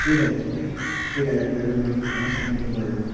ঠিক আছে ঠিক আছে ঠিক আছে একটু দেখবেন নাহলে খুব সমস্যার মধ্যে পড়ে যাব